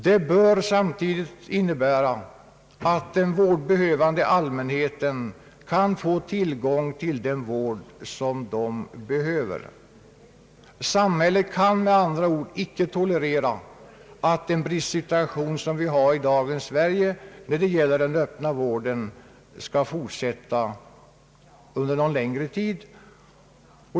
Det bör samtidigt innebära, att den vårdbehövande allmänheten kan få tillgång till sådan vård som den behöver. Samhället kan med andra ord icke tolerera att den bristsituation vi har i dagens Sverige när det gäller den öppna vården skall fortsätta under någon längre tid.